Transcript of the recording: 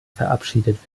verabschiedet